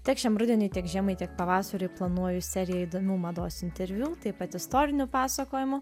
tiek šiam rudeniui tiek žiemai tiek pavasarį planuoju seriją įdomių mados interviu taip pat istorinių pasakojimų